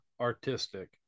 artistic